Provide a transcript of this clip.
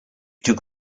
took